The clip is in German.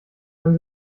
dann